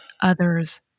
others